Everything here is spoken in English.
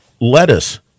lettuce